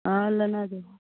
अहाँ लेने जेबहऽ